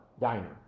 diner